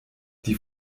die